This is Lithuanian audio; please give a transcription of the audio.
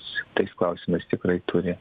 tais klausimas tikrai turi